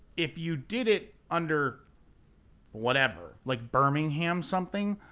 if you did it under whatever, like birmingham something,